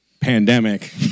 pandemic